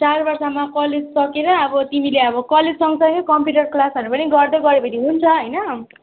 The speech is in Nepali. चार वर्षमा कलेज सकेर अब तिमीले अब कलेज सँगसँगै कम्प्युटर क्लासहरू पनि गर्दै गर्यो भने हुन्छ होइन